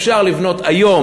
אפשר לבנות היום,